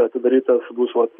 atidarytas bus vat